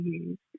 use